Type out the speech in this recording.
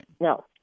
no